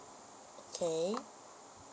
okay